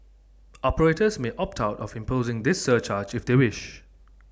operators may opt out of imposing this surcharge if they wish